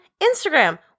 Instagram